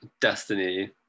destiny